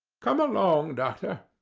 come along, doctor.